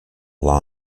law